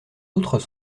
autres